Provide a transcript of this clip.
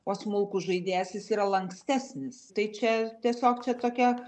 o smulkus žaidėjas jis yra lankstesnis tai čia tiesiog čia tokia